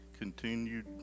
continued